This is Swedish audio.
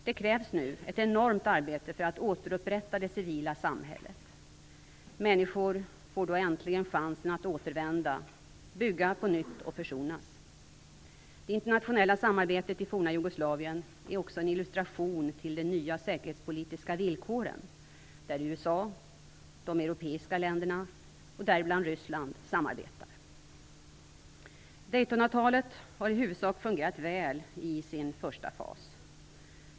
Det krävs nu ett enormt arbete för att återupprätta det civila samhället. Människor får då äntligen chansen att återvända, bygga på nytt och försonas. Det internationella samarbetet i forna Jugoslavien är också en illustration till de nya säkerhetspolitiska villkoren där USA och europeiska länder, däribland Ryssland, samarbetar. Daytonavtalet har i huvudsak fungerat väl i den första fasen.